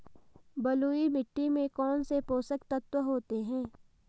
बलुई मिट्टी में कौनसे पोषक तत्व होते हैं?